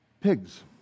Pigs